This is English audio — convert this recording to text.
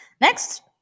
next